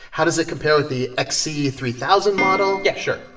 how does it compare with the x c three thousand model? yeah, sure.